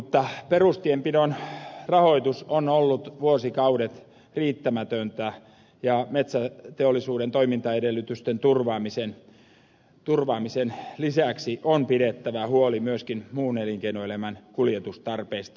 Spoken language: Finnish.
mutta perustienpidon rahoitus on ollut vuosikaudet riittämätöntä ja metsäteollisuuden toimintaedellytysten turvaamisen lisäksi on pidettävä huoli myöskin muun elinkeinoelämän kuljetustarpeista